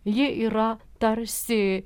ji yra tarsi